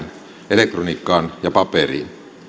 elektroniikkaan ja paperiin